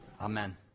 Amen